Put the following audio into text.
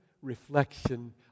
reflection